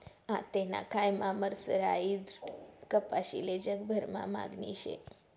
आतेना कायमा मर्सराईज्ड कपाशीले जगभरमा मागणी शे